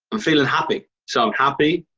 i'm feelin' happy. so, i'm happy.